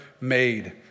made